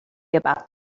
about